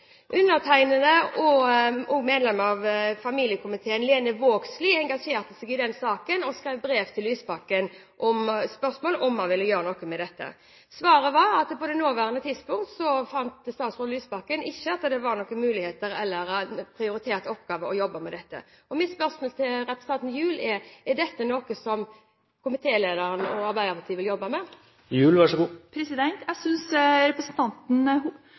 Undertegnede og medlem av familiekomiteen Lene Vågslid engasjerte seg i den saken, og skrev brev til Lysbakken med spørsmål om han ville gjøre noe med dette. Svaret var at på det nåværende tidspunkt fant ikke statsråd Lysbakken at det var noen prioritert oppgave å jobbe med dette. Mitt spørsmål til representanten Gjul er: Er dette noe som komitélederen fra Arbeiderpartiet vil jobbe med? Jeg synes representanten